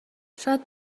شاید